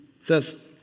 says